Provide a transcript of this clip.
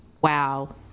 Wow